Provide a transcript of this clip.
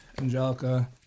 Angelica